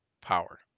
power